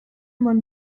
man